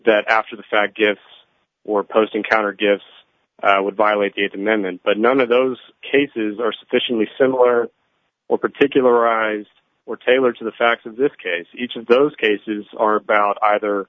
that after the fact gifts or posting counter gifts would violate the th amendment but none of those cases are sufficiently similar or particularized were tailored to the facts of this case each of those cases are about either